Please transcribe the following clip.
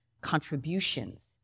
contributions